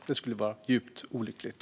Det skulle vara djupt olyckligt.